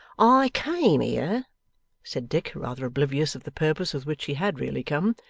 i came here said dick, rather oblivious of the purpose with which he had really come,